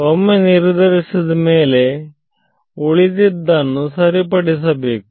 ಒಮ್ಮೆ ನಿರ್ಧರಿಸಿದ ಮೇಲೆ ಉಳಿದದ್ದನ್ನು ಸರಿಪಡಿಸಬೇಕು